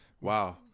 Wow